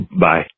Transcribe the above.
Bye